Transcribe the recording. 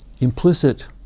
implicit